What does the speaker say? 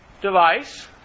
device